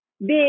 big